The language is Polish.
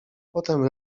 potem